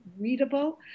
readable